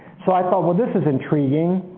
so i thought well this is intriguing.